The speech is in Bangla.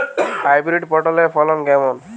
হাইব্রিড পটলের ফলন কেমন?